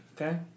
Okay